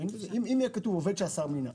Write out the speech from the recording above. אם יהיה כתוב: עובד שהשר מינה,